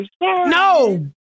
No